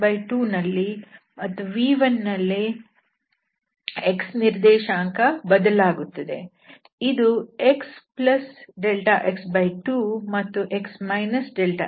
v1ನಲ್ಲಿ x ನಿರ್ದೇಶಾಂಕ ಬದಲಾಗುತ್ತದೆ ಇದು xδx2ಮತ್ತು x δx2